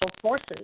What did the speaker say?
forces